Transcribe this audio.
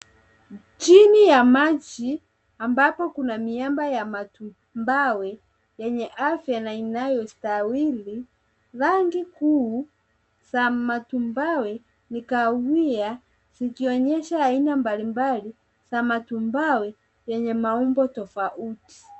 Chini ya maji ambapo kuna miamba ya matumbawe yenye afya na inayostawili, rangi kuu za matumbawe ni kahawia zikionyesha aina mbalimbali za matumbawe zenye maumbo tofauti.